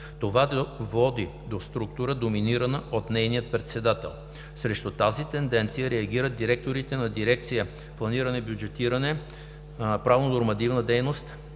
Това води до структура, доминирана от нейния председател. Срещу тази тенденция реагират директорите на дирекции „Планиране и бюджетиране“ (ППБ), „Правно-нормативна дейност“